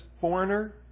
foreigner